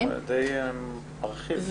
זה משהו די מרחיב.